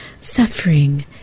suffering